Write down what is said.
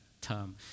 term